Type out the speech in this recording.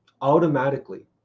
automatically